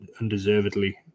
undeservedly